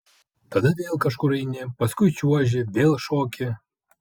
tada vėl kažkur eini paskui čiuoži vėl šoki